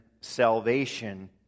salvation